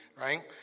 Right